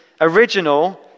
original